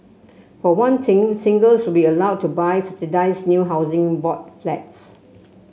for one thing singles will be allowed to buy subsidised new Housing Board Flats